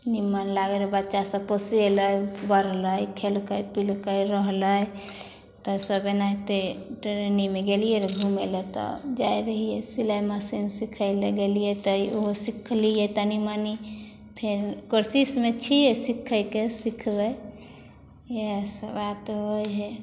नीमन लागै रहै बच्चा सब पोसेलै बढ़लै खेलकै पीलकै रहलै तऽ सब एनहैते ट्रेनिंगमे गेलिए रऽ घूमे लए तऽ जाइ रहिए सिलाइ मशीन सीखै लए गेलिए तऽ ओ सीखलिए तनी मनी फेर कोशिशमे छियै सीखैके सीखबै इएह सब बात होइ हइ